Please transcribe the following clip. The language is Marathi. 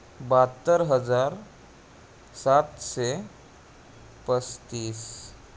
बहात्तर हजार सातशे पस्तीस